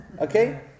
Okay